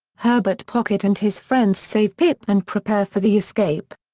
herbert pocket and his friends save pip and prepare for the escape.